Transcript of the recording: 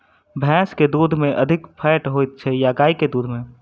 भैंस केँ दुध मे अधिक फैट होइ छैय या गाय केँ दुध में?